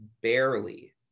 barely